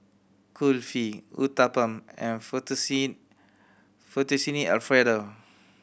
Kulfi Uthapam and Fettuccine Alfredo